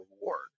reward